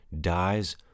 dies